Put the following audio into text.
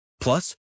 Plus